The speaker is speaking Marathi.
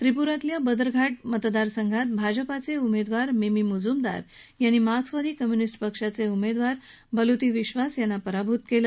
त्रिपूरातल्या बदरघाट मतदारसंघात भाजपाचे उमेदवार मिमी मुजूमदार यांनी मार्क्सवादी कम्युनिस्ट पक्षाचे उमेदवार बुलती विक्वास यांना पराभूत केलं